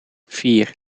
vier